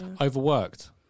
Overworked